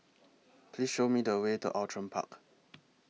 Please Show Me The Way to Outram Park